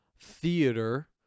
theater